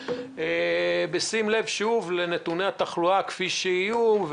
בשים לב שוב לנתוני התחלואה כפי שיהיו.